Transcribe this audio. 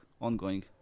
ongoing